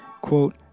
quote